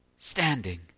Standing